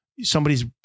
somebody's